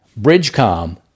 BridgeCom